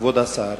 כבוד השר,